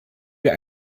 wir